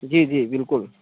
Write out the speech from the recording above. जी जी बिलकुल